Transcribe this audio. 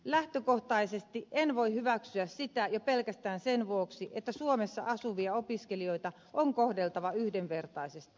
lähtökohtaisesti en voi hyväksyä sitä jo pelkästään se vuoksi että suomessa asuvia opiskelijoita on kohdeltava yhdenvertaisesti